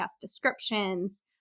descriptions